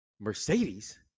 Mercedes